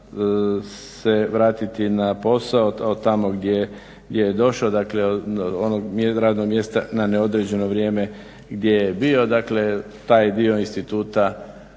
se vratiti na posao od tamo gdje je došao dakle onog radnog mjesta na neodređeno vrijeme gdje je bio. Dakle taj dio instituta